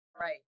Right